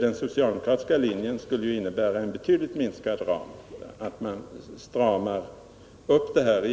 Den socialdemokratiska linjen skulle innebära en betydligt minskad ram — man stramar åt utan att